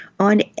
on